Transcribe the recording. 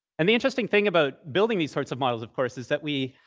and the interesting thing about building these sorts of models, of course, is that we,